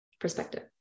perspective